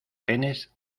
genes